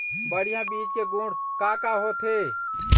बढ़िया बीज के गुण का का होथे?